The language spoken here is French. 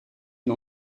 une